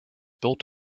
built